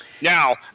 Now